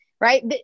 right